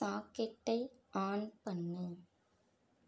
சாக்கெட்டை ஆன் பண்ணு